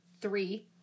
three